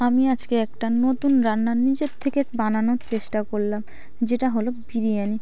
আমি আজকে একটা নতুন রান্না নিজের থেকে বানানোর চেষ্টা করলাম যেটা হল বিরিয়ানি